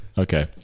Okay